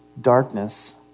darkness